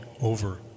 over